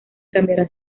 cambiará